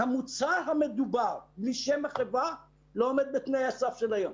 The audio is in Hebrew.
המוצר המדובר משם החברה לא עומד בתנאי הסף של היום.